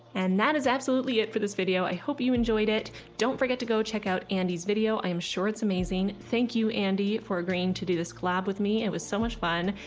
and that is absolutely absolutely it for this video. i hope you enjoyed it don't forget to go check out andy's video. i am sure it's amazing thank you andy for agreeing to do this collab with me it was so much fun,